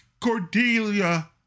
Cordelia